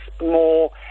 more